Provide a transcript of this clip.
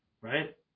right